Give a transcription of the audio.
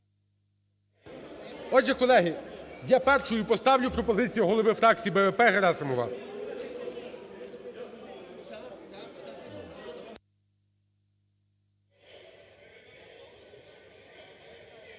Отже, колеги, я першою поставлю пропозицію голови фракції БПП Герасимова.